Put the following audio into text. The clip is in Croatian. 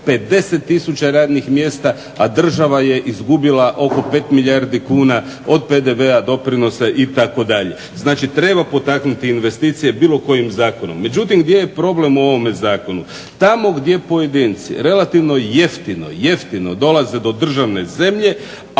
50000 radnih mjesta, a država je izgubila oko 5 milijardi kuna od PDV-a, doprinosa itd. Znači, treba potaknuti investicije bilo kojim zakonom. Međutim, gdje je problem u ovome zakonu? Tamo gdje pojedinci relativno jeftino, jeftino dolaze do državne zemlje